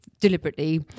deliberately